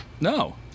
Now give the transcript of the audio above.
no